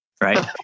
right